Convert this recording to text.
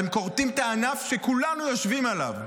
אתם כורתים את הענף שכולנו יושבים עליו.